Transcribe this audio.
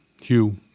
Hugh